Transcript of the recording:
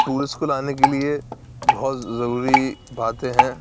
tourist کو لانے کے لیے بہت ضروری باتیں ہیں